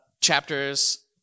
chapters